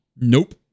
nope